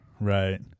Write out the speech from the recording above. Right